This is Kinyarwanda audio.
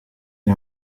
uyu